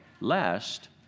lest